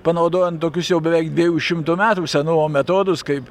panaudojant tokius jau beveik dviejų šimtų metų senumo metodus kaip